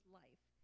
life